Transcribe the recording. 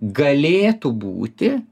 galėtų būti